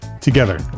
together